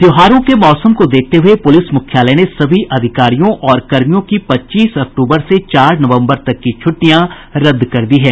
त्योहारों के मौसम को देखते हुए पुलिस मुख्यालय ने सभी अधिकारियों और कर्मियों की पच्चीस अक्टूबर से चार नवम्बर तक की छुटि्टयां रद्द दी है